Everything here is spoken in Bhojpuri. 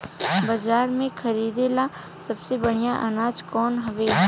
बाजार में खरदे ला सबसे बढ़ियां अनाज कवन हवे?